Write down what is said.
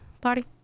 party